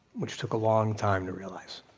which took a long time to realize.